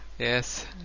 Yes